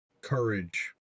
courage